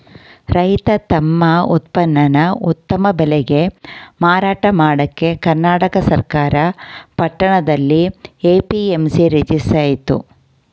ರೈತ ತಮ್ ಉತ್ಪನ್ನನ ಉತ್ತಮ ಬೆಲೆಗೆ ಮಾರಾಟ ಮಾಡಕೆ ಕರ್ನಾಟಕ ಸರ್ಕಾರ ಪಟ್ಟಣದಲ್ಲಿ ಎ.ಪಿ.ಎಂ.ಸಿ ರಚಿಸಯ್ತೆ